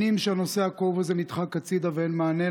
שנים שהנושא הכאוב הזה נדחק הצידה ואין מענה,